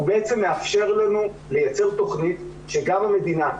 ובעצם מאפשר לנו לייצר תכנית שגם המדינה,